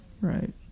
right